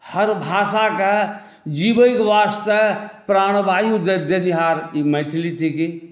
हर भाषाकेँ जीवयके वास्ते प्राणवायु देनिहार ई मैथिली थिकीह